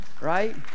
Right